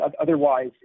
otherwise